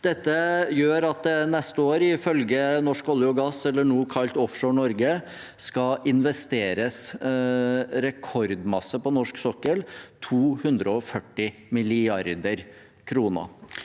Dette gjør at det neste år, ifølge Norsk olje og gass, nå kalt Offshore Norge, skal investeres rekordmye på norsk sokkel – 240 mrd. kr.